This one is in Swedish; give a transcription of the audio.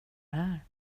här